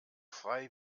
frei